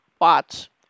Watch